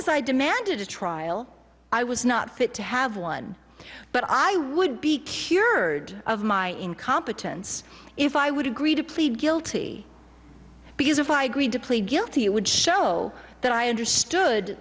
as i demanded a trial i was not fit to have one but i would be cured of my incompetence if i would agree to plead guilty because if i agreed to plead guilty you would show that i understood